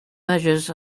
measures